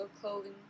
clothing